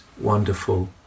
wonderful